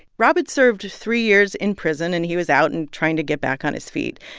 rob had served three years in prison, and he was out and trying to get back on his feet.